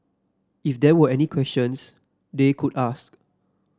if there were any questions they could ask